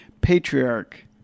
patriarch